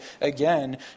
again